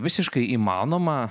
visiškai įmanoma